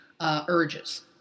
urges